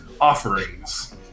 offerings